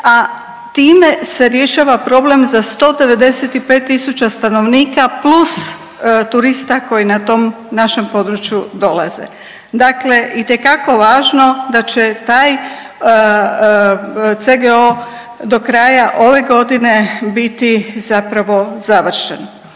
a time se rješava problem za 195000 stanovnika plus turista koji na tom našem području dolaze. Dakle, itekako važno da će taj CGO do kraja ove godine biti zapravo završen.